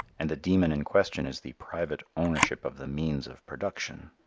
and the demon in question is the private ownership of the means of production.